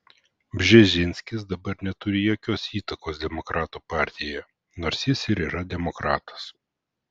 bžezinskis dabar neturi jokios įtakos demokratų partijoje nors jis ir yra demokratas